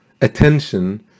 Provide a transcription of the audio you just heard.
attention